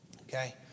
Okay